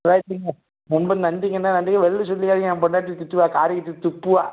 ரைட்டுங்கண்ணே ரொம்ப நன்றிங்கண்ணே நன்றி வெளில சொல்லிடதீங்க என் பெண்டாட்டி திட்டுவாள் காரிகிட்டுத் துப்புவாள்